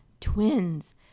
twins